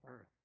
earth